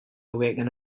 awaken